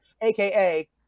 aka